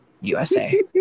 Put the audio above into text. USA